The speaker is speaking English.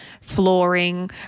flooring